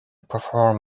perform